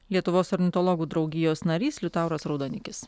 lietuvos ornitologų draugijos narys liutauras raudonikis